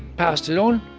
passed it on.